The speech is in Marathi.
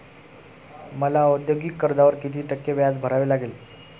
मला औद्योगिक कर्जावर किती टक्के व्याज भरावे लागेल?